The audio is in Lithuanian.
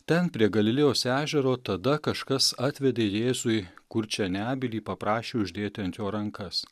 ten prie galilėjos ežero tada kažkas atvedė jėzui kurčią nebylį paprašė uždėti ant jo rankas